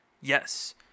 Yes